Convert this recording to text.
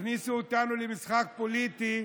הכניסו אותנו למשחק פוליטי,